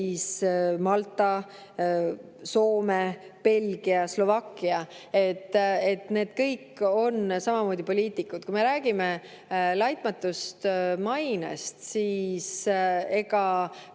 Malta, Soome, Belgia, Slovakkia, need kõik on samamoodi poliitikud. Kui me räägime laitmatust mainest, siis